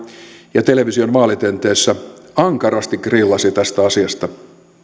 ja television vaalitenteissä ankarasti grillasi tästä asiasta